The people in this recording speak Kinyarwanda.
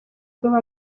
kuva